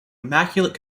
immaculate